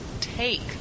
take